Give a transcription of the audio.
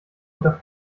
unter